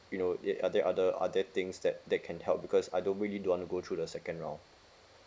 you know yet are there other are there things that that can help because I don't really don't want to go through the second round